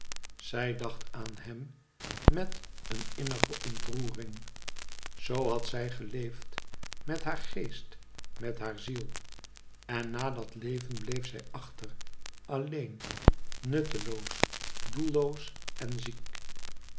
zij dacht aan hem met een innige ontroering zoo had zij geleefd met haar geest met haar ziel en na dat leven bleef zij achter alleen nutteloos doelloos en ziek